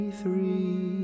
three